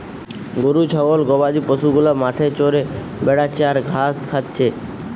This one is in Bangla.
গরু ছাগল গবাদি পশু গুলা মাঠে চরে বেড়াচ্ছে আর ঘাস খাচ্ছে